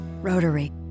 Rotary